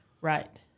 Right